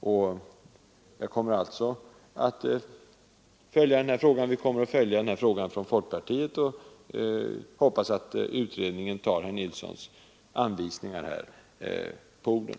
Vi kommer att följa den här frågan från folkpartiet och hoppas att utredningen tar herr Nilssons i Växjö anvisningar på orden.